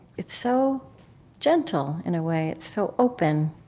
it's so gentle, in a way. it's so open.